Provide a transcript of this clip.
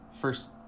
first